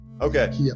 Okay